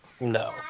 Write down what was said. No